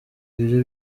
ibyo